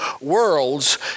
worlds